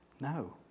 No